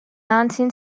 nineteen